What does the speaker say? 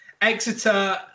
Exeter